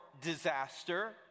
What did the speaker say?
disaster